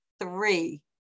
three